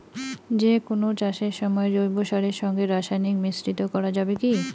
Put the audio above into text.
যে কোন চাষের সময় জৈব সারের সঙ্গে রাসায়নিক মিশ্রিত করা যাবে কি?